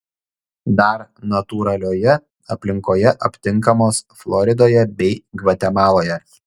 dar natūralioje aplinkoje aptinkamos floridoje bei gvatemaloje